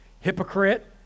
Hypocrite